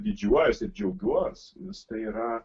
didžiuojuosi ir džiaugiuos nes tai yra